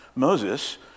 Moses